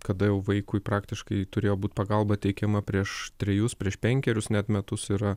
kada jau vaikui praktiškai turėjo būt pagalba teikiama prieš trejus prieš penkerius net metus yra